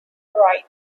wright